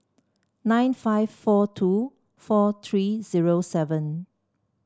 nine five four two four three zero seven